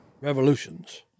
revolutions